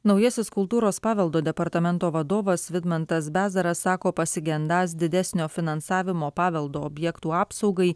naujasis kultūros paveldo departamento vadovas vidmantas bezaras sako pasigendąs didesnio finansavimo paveldo objektų apsaugai